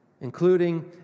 including